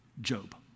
Job